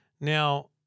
Now